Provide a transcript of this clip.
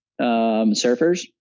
surfers